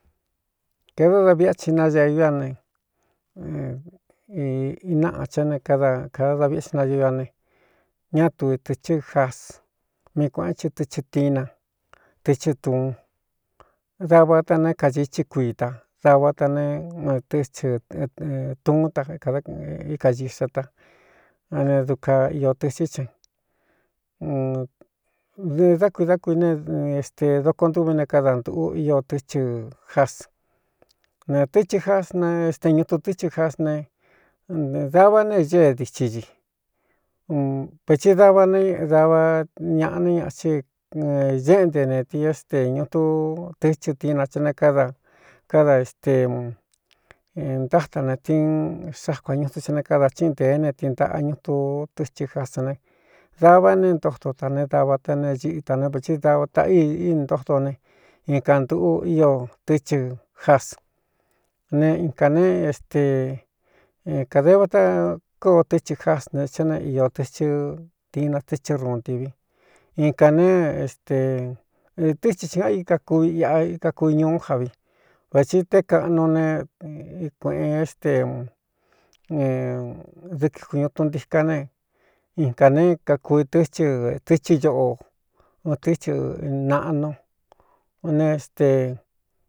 Kēdó da viꞌi a ci nañāúa ne inaꞌa chá ne káda kada viꞌá cinaaúa ne ñátu tɨ̄chɨ́ jas míi kuēꞌen cí tɨchɨ tina tɨchɨ tūun dava ta ne kadichɨ́ kuita dava ta ne tɨ́chɨ tuún ta kíkañiꞌxa ta ane duka iō tɨchɨ́ cha dɨ dá kui dá kuine este doko ntúvi ne káda ntūꞌu ío tɨ́chɨ jas ne tɨchɨ jas ne este ñutu tɨ́chɨ jas ne dava ne ñée dichi ñi vēthi dava ne dava ñaꞌa né ña chí ñéꞌnte netīn ésteñutu tɨchɨ tina chá ne káda káda esteu ntáta ne tin xákuā ñutun chá ne káda chíꞌin ntēe ne tiin ntaꞌa ñutu tɨchɨ jasan ne dava né ntóto ta ne dava ta ne ñɨꞌta ne vēthɨ dav ta í í ntódo ne in kān ntūꞌu ío tɨ́chɨ jas ne in kā ne ste kāde va ta kóo tɨ́chɨ jas ne há ne iō tɨchɨ tina tɨchɨ́ ruun ntivi in kā né stetɨ́ thɨ ci an i kakui iꞌa ikakuiñuú javi vēthi té kaꞌnu ne kuēꞌen esteu dɨkɨ kuñutuntiká ne in kā ne kakui tɨ́chɨ tɨchɨ ñoꞌo ɨn tɨ́chɨ naꞌnu ne ste.